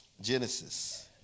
Genesis